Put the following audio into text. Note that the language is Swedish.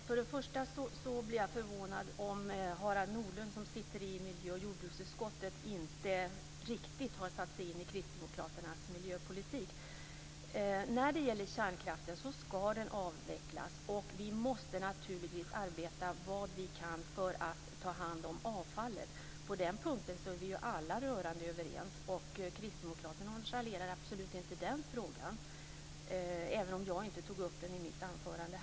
Fru talman! Jag blir förvånad om Harald Nordlund som sitter i miljö och jordbruksutskottet inte riktigt har satt sig in i kristdemokraternas miljöpolitik. Kärnkraften ska avvecklas, och vi måste naturligtvis arbeta allt vad vi kan för att ta hand om avfallet. På den punkten är vi alla rörande överens. Kristdemokraterna nonchalerar absolut inte den frågan, även om jag inte tog upp den i mitt anförande.